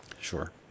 Sure